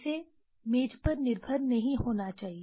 इसे मेज पर निर्भर नहीं होना चाहिए